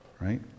Right